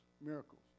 miracles